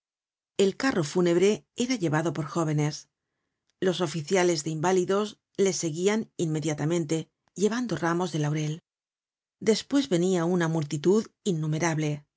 el carro fúnebre era llevado por jóvenes los oficiales de inválidos le seguían inmediatamente llevando ramos de laurel despues venia una multitud innumerable